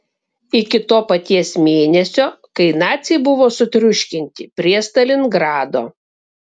iki to paties mėnesio kai naciai buvo sutriuškinti prie stalingrado